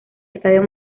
estadio